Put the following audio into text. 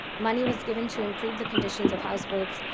money was given to improve the conditions of houseboats,